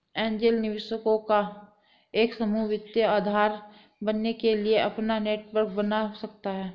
angel निवेशकों का एक समूह वित्तीय आधार बनने के लिए अपना नेटवर्क बना सकता हैं